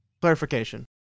clarification